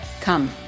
Come